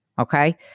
Okay